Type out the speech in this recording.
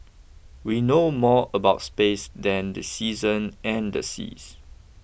we know more about space than the seasons and the seas